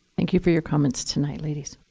thank you for your comments tonight, ladies.